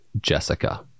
Jessica